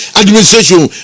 administration